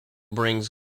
brings